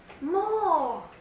More